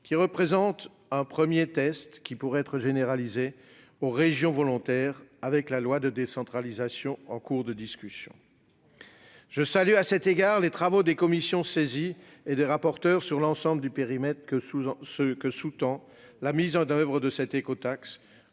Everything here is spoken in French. qui représente un premier test susceptible d'être généralisé aux régions volontaires avec la loi de décentralisation en cours de discussion. Je salue à cet égard les travaux des commissions saisies, ainsi que des rapporteurs, sur l'ensemble du périmètre que sous-tend la mise en oeuvre de cette écotaxe.